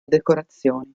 decorazioni